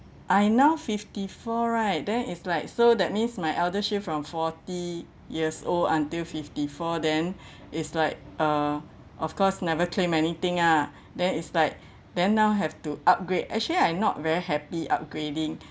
I now fifty four right then it's like so that means my ElderShield from forty years old until fifty four then it's like uh of course never claim anything ah then it's like then now have to upgrade actually I'm not very happy upgrading